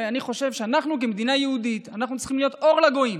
אני חושב שכמדינה יהודית אנחנו צריכים להיות אור לגויים.